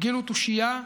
הפגינו תושייה ואומץ,